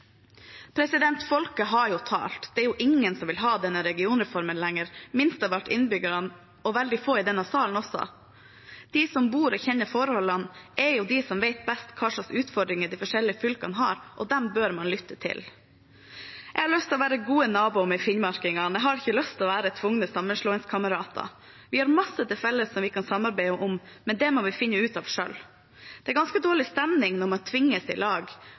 Folket har jo talt. Det er ingen som vil ha denne regionreformen lenger – minst av alt innbyggerne, og veldig få i denne salen også. De som bor der og kjenner forholdene, er de som vet best hva slags utfordringer de forskjellige fylkene har, og de bør man lytte til. Jeg har lyst til å være en god nabo med finnmarkingene, men jeg har ikke lyst til å være en tvunget sammenslåingskamerat. Vi har masse til felles som vi kan samarbeide om, men det må vi finne ut av selv. Det er ganske dårlig stemning når man tvinges i lag.